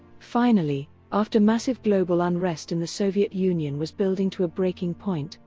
finally, after massive global unrest in the soviet union was building to a breaking point,